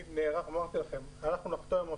אמרתי לכם, אנחנו נחתום עם המפעילים.